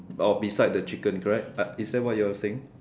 or beside the chicken correct uh is that what you are saying